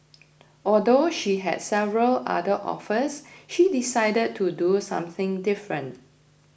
although she had several other offers she decided to do something different